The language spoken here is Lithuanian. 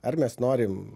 ar mes norim